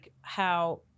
how-